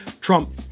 Trump